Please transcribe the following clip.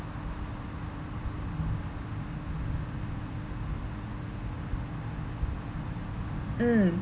mm